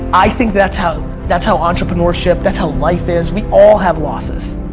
i think that's how that's how entrepreneurship, that's how life is. we all have loses.